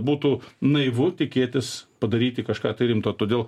būtų naivu tikėtis padaryti kažką tai rimto todėl